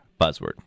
buzzword